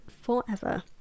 Forever